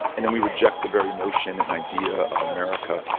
and then we reject the very notion and idea of america,